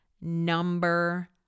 Number